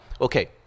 Okay